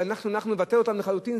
אנחנו נבטל אותם לחלוטין,